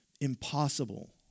impossible